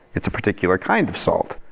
it's a particular kind of salt.